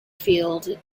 field